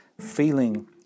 feeling